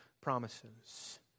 promises